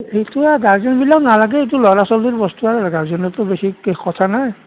সেইটোৱে আৰু গাৰ্জেনবিলাক নালাগে এইটো ল'ৰা ছোৱালীৰ বস্তু আৰু গাৰ্জেনকটো বেছি কথা নাই